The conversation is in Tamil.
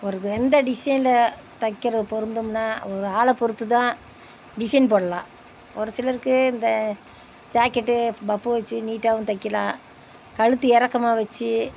ஒரு எந்த டிசைனில் தைக்கிறது பொருந்தும்னா ஒரு ஆளை பொறுத்து தான் டிசைன் போடலாம் ஒரு சிலருக்கு இந்த ஜாக்கெட்டு ஃப் பப்பு வெச்சி நீட்டாகவும் தைக்கலாம் கழுத்து இறக்கமா வெச்சி